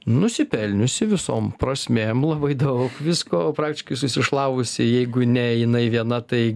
nusipelniusi visom prasmėm labai daug visko praktiškai susišlavusi jeigu ne jinai viena tai